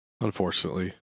unfortunately